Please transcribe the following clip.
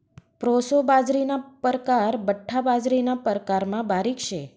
proso बाजरीना परकार बठ्ठा बाजरीना प्रकारमा बारीक शे